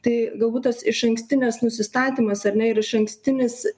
tai galbūt tas išankstinis nusistatymas ar ne ir išankstinis